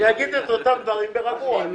שיגיד את אותם דברים אבל ברגוע.